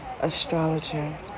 Astrologer